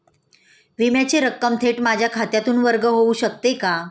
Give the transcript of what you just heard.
विम्याची रक्कम थेट माझ्या खात्यातून वर्ग होऊ शकते का?